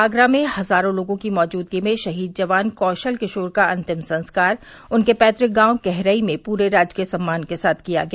आगरा में हजारों लोगों की मैजूदगी में शहीद जवान कौशल किशोर का अंतिम संस्कार उनके पैतुक गांव कहरई में पूरे राजकीय सम्मान के साथ किया गया